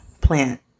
plant